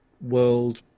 world